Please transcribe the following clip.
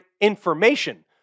information